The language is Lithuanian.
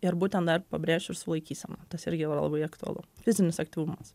ir būtent dar pabrėšiu ir su laikysena tas irgi yra labai aktualu fizinis aktyvumas